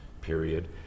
period